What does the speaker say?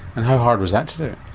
and how hard was that to do?